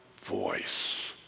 voice